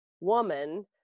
woman